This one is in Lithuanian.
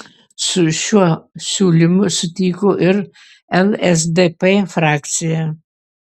su šiuo siūlymu sutiko ir lsdp frakcija